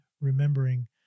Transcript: remembering